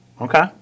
Okay